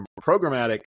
programmatic